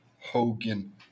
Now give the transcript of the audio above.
Hogan